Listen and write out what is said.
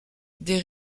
des